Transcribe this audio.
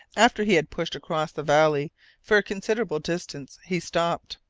after he had pushed across the valley for a considerable distance, he stopped.